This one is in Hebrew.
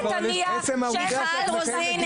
ענייה שאין לה כסף --- מיכל רוזין,